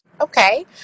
Okay